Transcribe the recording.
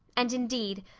and indeed,